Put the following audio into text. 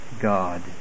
God